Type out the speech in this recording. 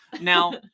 Now